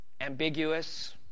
ambiguous